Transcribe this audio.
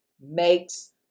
makes